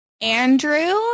Andrew